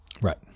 Right